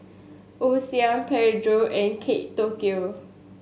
Osim Pedro and Kate Tokyo